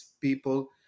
people